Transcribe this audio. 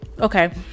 okay